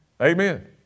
Amen